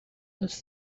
does